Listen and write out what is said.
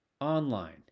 Online